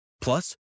Plus